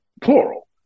plural